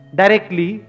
directly